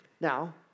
Now